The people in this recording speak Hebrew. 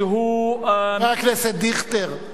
חבר הכנסת דיכטר,